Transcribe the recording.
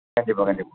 கண்டிப்பாக கண்டிப்பாக